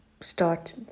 start